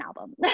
album